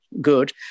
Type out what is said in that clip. good